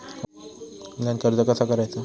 Online कर्ज कसा करायचा?